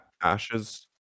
ashes